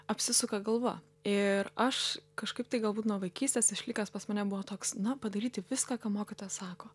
apsisuka galva ir aš kažkaip tai galbūt nuo vaikystės išlikęs pas mane buvo toks na padaryti viską ką mokytojas sako